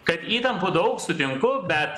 kad įtampų daug sutinku bet